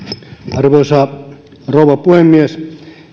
arvoisa rouva puhemies